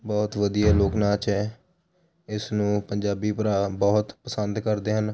ਬਹੁਤ ਵਧੀਆ ਲੋਕ ਲਾਚ ਹੈ ਇਸ ਨੂੰ ਪੰਜਾਬੀ ਭਰਾ ਬਹੁਤ ਪਸੰਦ ਕਰਦੇ ਹਨ